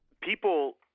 People